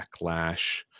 backlash